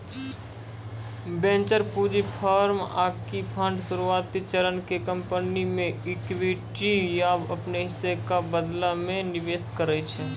venture पूंजी firm आकि fund शुरुआती चरण के कंपनी मे इक्विटी या अपनो हिस्सा के बदला मे निवेश करै छै